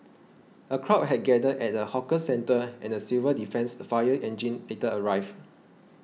a crowd had gathered at the hawker centre and a civil defence fire engine later arrived